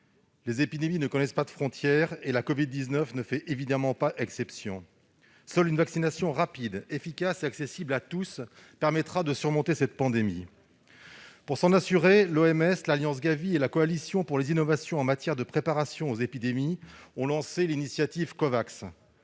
Les épidémies ne connaissent pas de frontières, et la covid-19 ne fait évidemment pas exception. Seule une vaccination rapide, efficace et accessible à tous permettra de surmonter cette pandémie. Pour y arriver, l'Organisation mondiale de la santé (OMS), l'Alliance Gavi et la Coalition pour les innovations en matière de préparation aux épidémies ont lancé l'initiative Covax,